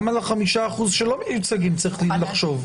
גם על ה-5 אחוזים שלא מיוצגים צריכים לחשוב.